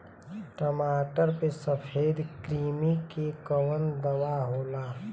टमाटर पे सफेद क्रीमी के कवन दवा होला?